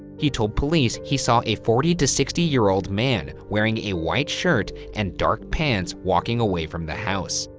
he told police he saw a forty to sixty year old man wearing a white shirt and dark pants walking away from the house.